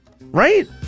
Right